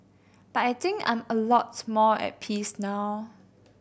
but I think I'm a lot more at peace now